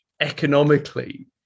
economically